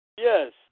Yes